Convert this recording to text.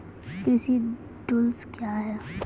कृषि टुल्स क्या हैं?